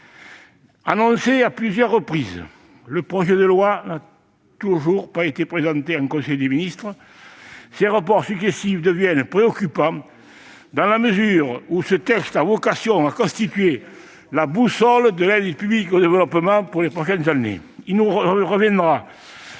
Annoncé à plusieurs reprises, le projet de loi n'a toujours pas été présenté en conseil des ministres Ces reports successifs deviennent préoccupants, dans la mesure où ce texte a vocation à constituer la boussole de l'aide publique au développement pour les prochaines années. Il nous reviendra